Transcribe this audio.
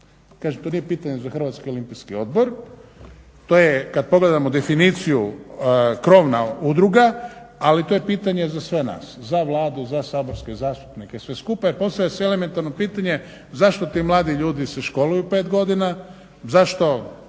Kažem to nije pitanje za Hrvatski olimpijski odbor, to je kad pogledamo definiciju krovna udruga, ali to je pitanje za sve nas, za Vladu, za saborske zastupnice, sve skupa i postavlja se elementarno pitanje zašto ti mladi ljudi se školuju 5 godina, zašto